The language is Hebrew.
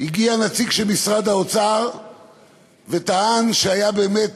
הגיע נציג של משרד האוצר וטען שהיו באמת